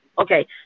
Okay